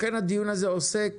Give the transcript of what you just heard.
לכן הדיון הזה עוסק